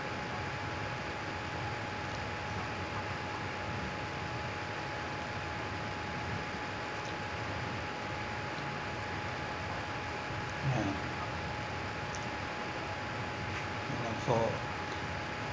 ya and like for